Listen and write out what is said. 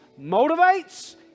motivates